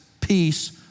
peace